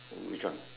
which one